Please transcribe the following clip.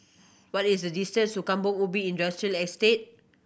what is the distance to Kampong Ubi Industrial Estate